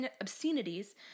obscenities